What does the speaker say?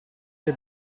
dei